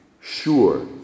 sure